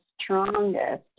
strongest